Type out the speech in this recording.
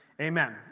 Amen